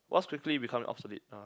what's quickly become an obsolete uh